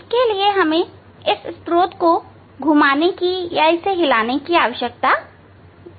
इसके लिए हमें स्त्रोत को घुमाने की हिलाने की आवश्यकता होगी